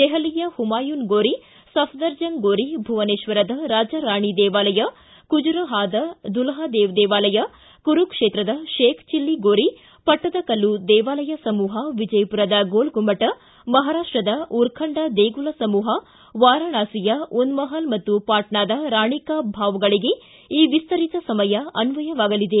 ದೆಹಲಿಯ ಪುಮಾಯೂನ್ ಗೋರಿ ಸಫ್ಟರ್ಜಂಗ್ ಗೋರಿ ಭುವನೇಶ್ವರದ ರಾಜಾರಾಣಿ ದೇವಾಲಯ ಖಜುರಾಹೋದ ದುಲ್ದಾ ದೇವ್ ದೇವಾಲಯ ಕುರುಕ್ಷೇತ್ರದ ಶೇಖ್ ಚಿಲ್ಲಿ ಗೋರಿ ಪಟ್ಟದಕಲ್ಲು ದೇವಾಲಯ ಸಮೂಪ ವಿಜಯಮರದ ಗೋಲಗುಮ್ಮಟ ಮಹಾರಾಷ್ಟದ ಊರ್ಖಂಡ್ ದೇಗುಲ ಸಮೂಹ ವಾರಾಣಸಿಯ ಉನ್ಮಪಲ್ ಮತ್ತು ಪಾಟ್ನಾದ ರಾಣಿ ಕಾ ಭಾವ್ಗಳಿಗೆ ಈ ವಿಸ್ತರಿತ ಸಮಯ ಅನ್ವಯವಾಗಲಿದೆ